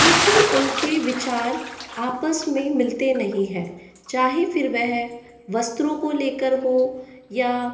क्योंकि उनके विचार आपस में मिलते नहीं हैं चाहे फिर वह वस्त्रों को लेकर हों या